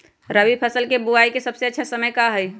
रबी फसल के बुआई के सबसे अच्छा समय का हई?